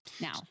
Now